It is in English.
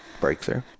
breakthrough